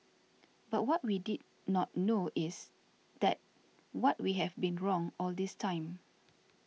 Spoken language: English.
but what we did not know is that what we have been wrong all this time